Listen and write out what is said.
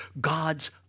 God's